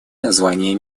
названия